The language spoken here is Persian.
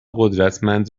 قدرتمند